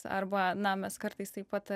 arba na mes kartais taip pat